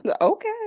Okay